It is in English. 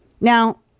Now